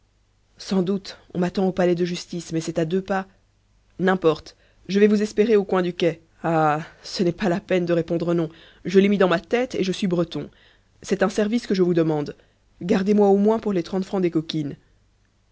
sans doute on m'attend au palais de justice mais c'est à deux pas n'importe je vais vous espérer au coin du quai ah ce n'est pas la peine de répondre non je l'ai mis dans ma tête et je suis breton c'est un service que je vous demande gardez-moi au moins pour les trente francs des coquines